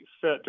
set